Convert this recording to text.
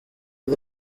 the